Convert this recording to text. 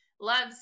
loves